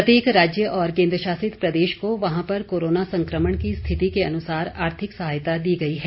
प्रत्येक राज्य और केन्द्रशासित प्रदेश को वहां पर कोरोना संक्रमण की स्थिति के अनुसार आर्थिक सहायता दी गई है